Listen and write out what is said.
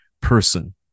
person